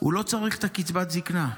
הוא לא צריך את קצבת הזקנה.